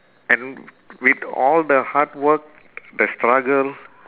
and with all the hard work the struggle